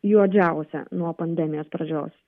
juodžiausia nuo pandemijos pradžios